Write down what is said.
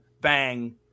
bang